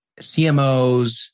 CMOs